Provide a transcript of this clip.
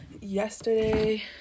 Yesterday